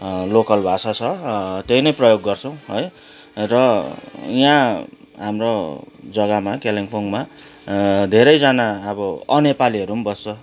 local भाषा छ ह त्यही नै प्रयोग गर्छौँ है र यहाँ हाम्रो जग्गामा कालिम्पोङमा धेरैजना अब अनेपालीहरू पनि बस्छ है